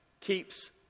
keeps